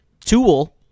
tool